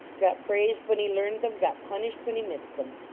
got praised when he learned them. got punished when he missed them.